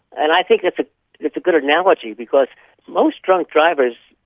and i think it's it's a good analogy, because most drunk drivers,